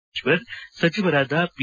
ಪರಮೇಶ್ವರ್ ಸಚಿವರಾದ ಪಿ